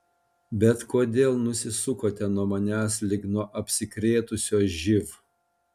bet kodėl nusisukote nuo manęs lyg nuo apsikrėtusio živ